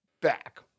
back